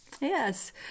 Yes